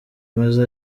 meza